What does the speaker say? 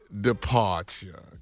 departure